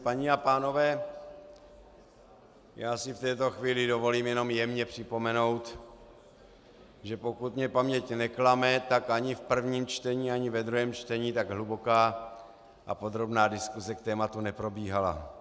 Paní a pánové, já si v této chvíli dovolím jenom jemně připomenout, že pokud mě paměť neklame, ani v prvním čtení ani ve druhém čtení tak hluboká a podrobná diskuse k tématu neprobíhala.